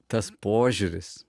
tas požiūris